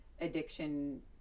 addiction